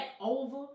over